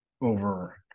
over